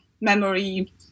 memory